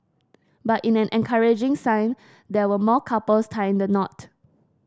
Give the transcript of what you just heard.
but in an encouraging sign there were more couples tying the knot